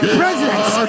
presidents